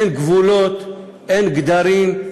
אין גבולות, אין גדרים,